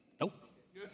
nope